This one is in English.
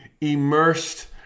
immersed